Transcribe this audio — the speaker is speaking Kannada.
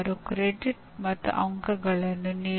ಕಲಿಯುವವರು ಅಂತಹ ವಿಷಯದಲ್ಲಿ ಕೆಲಸ ಮಾಡಲು ಇಷ್ಟಪಡುತ್ತಾರೆ